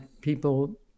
people